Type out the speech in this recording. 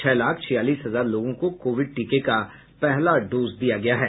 छह लाख छियालीस हजार लोगों को कोविड टीके का पहला डोज दिया गया है